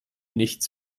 nichts